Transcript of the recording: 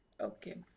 Okay